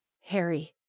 Harry